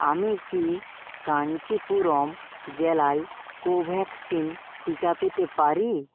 আমি কি কাঞ্চিপুরম জেলায় কোভ্যাক্সিন টিকা পেতে পারি